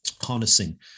harnessing